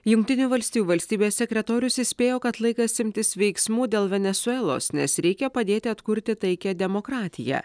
jungtinių valstijų valstybės sekretorius įspėjo kad laikas imtis veiksmų dėl venesuelos nes reikia padėti atkurti taiką demokratiją